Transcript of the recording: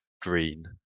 green